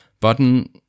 button